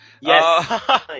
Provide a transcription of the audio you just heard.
Yes